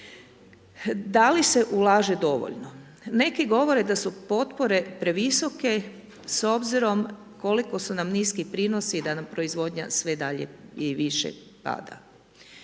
Da li se ulaže dovoljno? Neki govore da su potpore previsoke s obzirom koliko su nam niski prinosi da nam proizvodnja sve dalje i više pada.